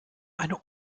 eine